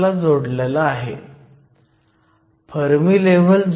तर Vo जे तुमचे बिल्ट इन पोटेन्शियल आहे ते 0